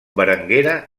berenguera